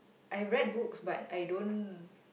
I read books but I don't